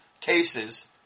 cases